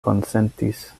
konsentis